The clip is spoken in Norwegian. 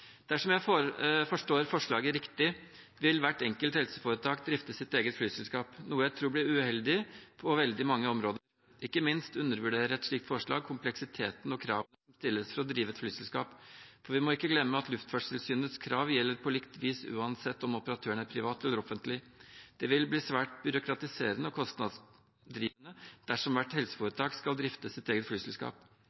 Dersom jeg forstår forslaget riktig, vil hvert enkelt helseforetak drifte sitt eget flyselskap, noe jeg tror blir uheldig på veldig mange områder. Ikke minst undervurderer et slikt forslag kompleksiteten og kravene som stilles for å drive et flyselskap, for vi må ikke glemme at Luftfarttilsynets krav gjelder på likt vis, uansett om operatøren er privat eller offentlig. Det vil bli svært byråkratiserende og kostnadsdrivende dersom hvert